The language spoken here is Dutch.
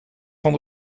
van